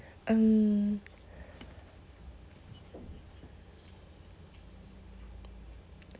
mm